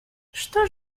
что